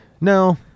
No